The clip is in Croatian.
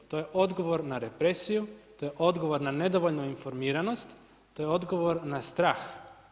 To je odgovor na represiju, to je odgovor na nedovoljnu informiranost, to je odgovor na strah.